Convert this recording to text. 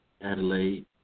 Adelaide